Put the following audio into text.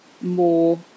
more